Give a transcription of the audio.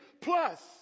plus